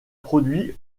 produits